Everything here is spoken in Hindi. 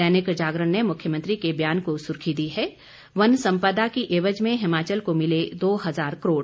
दैनिक जागरण ने मुख्यमंत्री के बयान को सुर्खी दी है वन संपदा की एवज में हिमाचल को मिले दो हजार करोड़